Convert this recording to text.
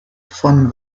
von